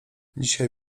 dzisiaj